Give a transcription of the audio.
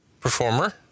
Performer